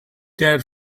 that